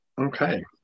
Okay